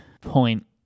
point